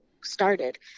started